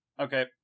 Okay